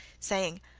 saying,